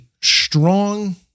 strong